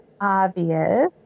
obvious